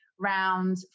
round